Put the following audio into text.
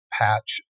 patch